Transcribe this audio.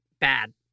bad